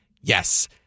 Yes